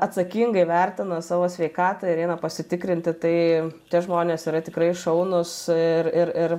atsakingai vertina savo sveikatą ir eina pasitikrinti tai tie žmonės yra tikrai šaunūs ir ir ir